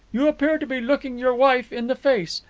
you appear to be looking your wife in the face.